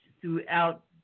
Throughout